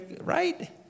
Right